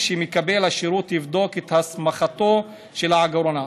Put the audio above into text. שמקבל השירות יבדוק את הסמכתו של העגורן.